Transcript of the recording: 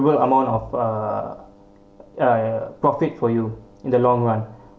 considerable amount of uh profit for you in the long run